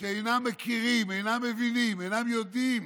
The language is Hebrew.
שאינם מכירים, שאינם מבינים ושאינם יודעים